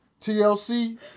TLC